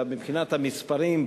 שמבחינת המספרים,